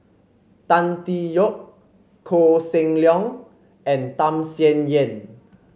Tan Tee Yoke Koh Seng Leong and Tham Sien Yen